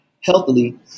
healthily